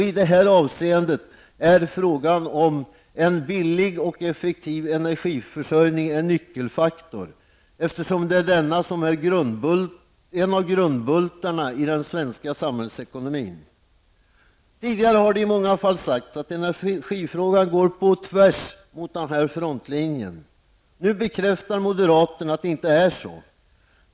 I det avseendet är frågan om en billig och effektiv energiförsörjning en nyckelfaktor, eftersom det är denna som är en av grundbultarna i den svenska samhällsekonomin. Tidigare har det i många fall sagts att energifrågan går på tvärs mot denna frontlinje. Nu bekräftar moderaterna att det inte är så.